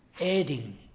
adding